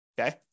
okay